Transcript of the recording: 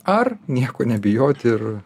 ar nieko nebijoti ir